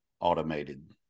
automated